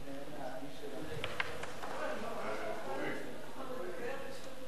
אני ממש לא מוכנה להפסיד אותך בשום פעם.